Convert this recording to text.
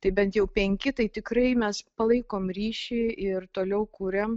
tai bent jau penki tai tikrai mes palaikom ryšį ir toliau kuriam